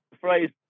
phrase